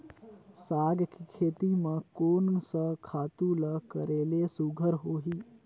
साग के खेती म कोन स खातु ल करेले सुघ्घर होही?